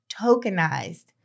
tokenized